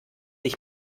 ich